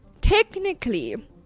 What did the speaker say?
Technically